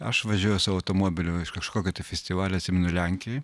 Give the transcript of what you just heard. aš važiuoju savo automobiliu iš kažkokio tai festivalio atsimenu lenkijoj